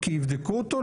כי יבדקו אותו,